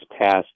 passed